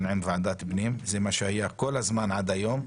עם ועדת הפנים שזה מה שהיה עד היום.